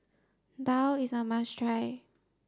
Daal is a must try